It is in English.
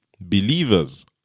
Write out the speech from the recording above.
believers